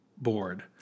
Board